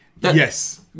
Yes